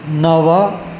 नव